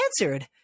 answered